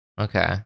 Okay